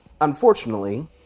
Unfortunately